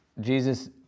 Jesus